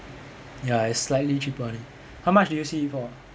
ya it's slightly cheaper only how much did you see it for